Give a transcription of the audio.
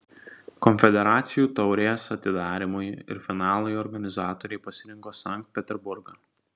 konfederacijų taurės atidarymui ir finalui organizatoriai pasirinko sankt peterburgą